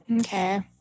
Okay